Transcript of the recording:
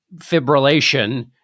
fibrillation